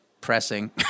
pressing